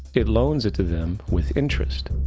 it loans it to them with interest.